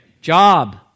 job